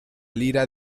lira